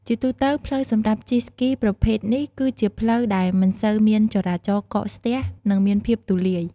ជាទូទៅ ផ្លូវសម្រាប់ជិះស្គីប្រភេទនេះគឺជាផ្លូវដែលមិនសូវមានចរាចរណ៍កកស្ទះ និងមានភាពទូលាយ។